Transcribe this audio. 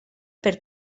per